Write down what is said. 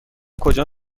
کجا